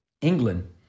England